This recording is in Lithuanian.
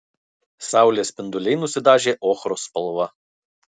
saulės spinduliai nusidažė ochros spalva